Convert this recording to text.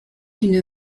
une